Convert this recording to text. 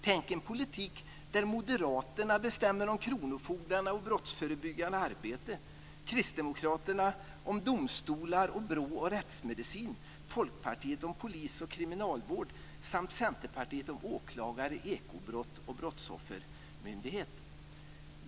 Tänk er en politik där Moderaterna bestämmer om kronofogdarna och brottsförebyggande arbete, Kristdemokraterna om domstolar, BRÅ och rättsmedicin, Folkpartiet om polis och kriminalvård och Centerpartiet om åklagare, ekobrott och Brottsoffermyndigheten.